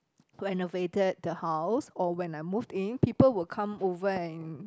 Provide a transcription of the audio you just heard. renovated the house or when I moved in people will come over and